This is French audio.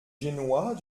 génois